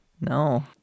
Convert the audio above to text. No